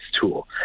tool